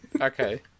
okay